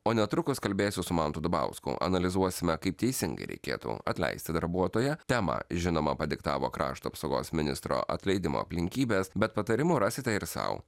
o netrukus kalbėsiu su mantu dubausku analizuosime kaip teisingai reikėtų atleisti darbuotoją temą žinoma padiktavo krašto apsaugos ministro atleidimo aplinkybes bet patarimų rasite ir sau